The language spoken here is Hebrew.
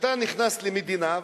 כשאתה נכנס למדינה,